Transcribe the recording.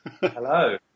hello